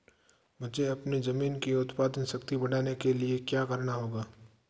मुझे अपनी ज़मीन की उत्पादन शक्ति बढ़ाने के लिए क्या करना होगा?